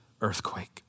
earthquake